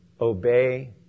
obey